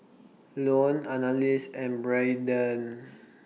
Lone Annalise and Braeden